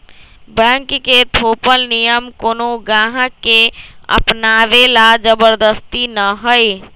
bank के थोपल नियम कोनो गाहक के अपनावे ला जबरदस्ती न हई